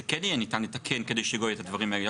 שכן יהיה ניתן לתקן כדי שלא יהיו את הדברים האלה.